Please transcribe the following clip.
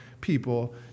people